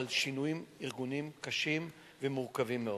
אבל יש שינויים ארגוניים קשים ומורכבים מאוד.